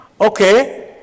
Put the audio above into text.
Okay